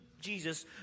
Jesus